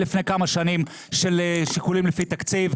לפני כמה שנים של שיקולים לפי תקציב.